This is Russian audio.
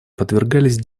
подвергались